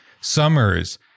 Summers